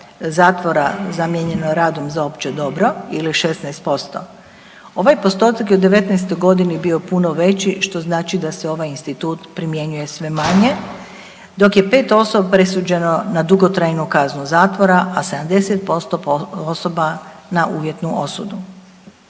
zatvora zamijenjen je radom za opće dobro ili 16%. Ovaj postotak je u '19. godini bio puno veći što znači da se ovaj institut primjenjuje sve manje dok je 5 osoba presuđeno na dugotrajnu kaznu zatvora, a 70% osoba na uvjetnu osudu.